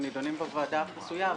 הם נידונים בוועדה החסויה,